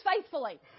faithfully